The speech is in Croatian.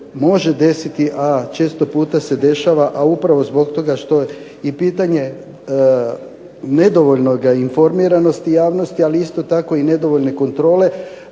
može desiti, a često se dešava, a upravo zbog toga i pitanje nedovoljne informiranosti javnosti ali isto tako i nedovoljne kontrole